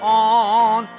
on